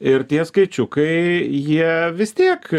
ir tie skaičiukai jie vis tiek